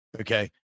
okay